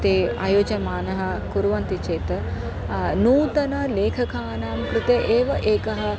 ते आयोजमानः कुर्वन्ति चेत् नूतनलेखकानां कृते एव एकः